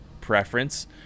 preference